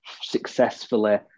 successfully